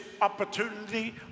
opportunity